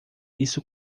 isso